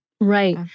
Right